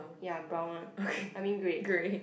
ya brown one I mean grey